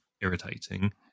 irritating